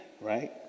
right